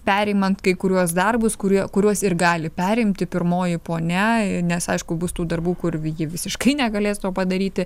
perimant kai kuriuos darbus kurie kuriuos ir gali perimti pirmoji poniai nes aišku bus tų darbų kur ji visiškai negalės to padaryti